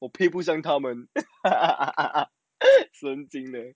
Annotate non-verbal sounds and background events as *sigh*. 配不上他们 *laughs* 神经病